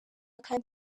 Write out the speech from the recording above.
kandi